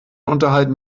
unterhalten